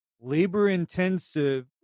labor-intensive